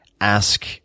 ask